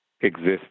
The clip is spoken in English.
exists